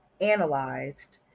analyzed